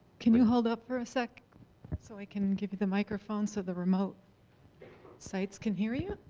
can you hold up for a sec so i can give you the microphone so the remote sites can hear you?